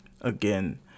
Again